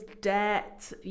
debt